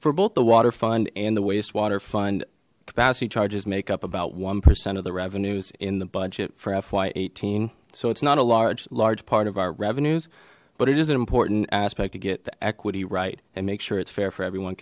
for both the water fund and the wastewater fund capacity charges make up about one percent of the revenues in the budget for fy eighteen so it's not a large large part of our revenues but it is an important aspect to get the equity right and make sure it's fair for everyone